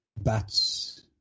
bats